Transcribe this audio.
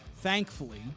Thankfully